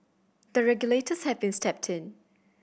the regulators have been stepped in